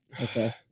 Okay